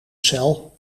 cel